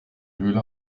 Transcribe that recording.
höhle